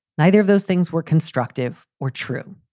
neither of those things were constructive or true.